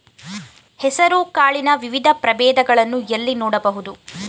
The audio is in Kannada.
ಹೆಸರು ಕಾಳಿನ ವಿವಿಧ ಪ್ರಭೇದಗಳನ್ನು ಎಲ್ಲಿ ನೋಡಬಹುದು?